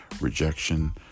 rejection